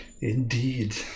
Indeed